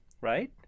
right